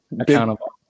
accountable